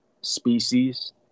species